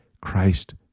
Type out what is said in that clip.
Christ